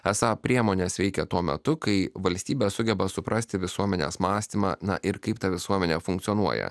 esą priemonės veikė tuo metu kai valstybė sugeba suprasti visuomenės mąstymą na ir kaip ta visuomenė funkcionuoja